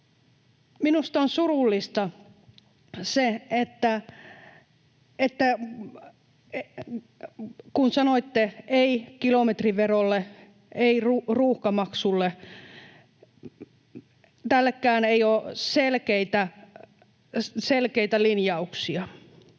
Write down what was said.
Minusta on surullista se, kun sanoitte ”ei” kilometriverolle, ”ei” ruuhkamaksuille. Tästäkään ei ole selkeitä linjauksia.